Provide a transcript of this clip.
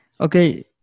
Okay